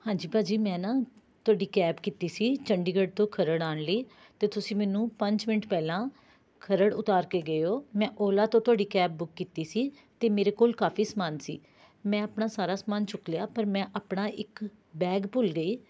ਹਾਂਜੀ ਭਾਅ ਜੀ ਮੈਂ ਨਾ ਤੁਹਾਡੀ ਕੈਬ ਕੀਤੀ ਸੀ ਚੰਡੀਗੜ੍ਹ ਤੋਂ ਖਰੜ ਆਉਣ ਲਈ ਅਤੇ ਤੁਸੀਂ ਮੈਨੂੰ ਪੰਜ ਮਿੰਟ ਪਹਿਲਾਂ ਖਰੜ ਉਤਾਰ ਕੇ ਗਏ ਹੋ ਮੈਂ ਓਲਾ ਤੋਂ ਤੁਹਾਡੀ ਕੈਬ ਬੁੱਕ ਕੀਤੀ ਸੀ ਅਤੇ ਮੇਰੇ ਕੋਲ ਕਾਫੀ ਸਮਾਨ ਸੀ ਮੈਂ ਆਪਣਾ ਸਾਰਾ ਸਮਾਨ ਚੁੱਕ ਲਿਆ ਪਰ ਮੈਂ ਆਪਣਾ ਇੱਕ ਬੈਗ ਭੁੱਲ ਗਈ